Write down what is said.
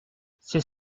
c’est